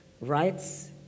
rights